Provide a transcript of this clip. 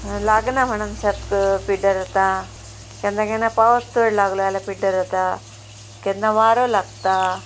लागना कोणा शेत पिड्ड्यार जाता केन्ना केन्ना पावस चड लागलो जाल्यार पिड्ड्यार जाता केन्ना वारो लागता